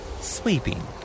sleeping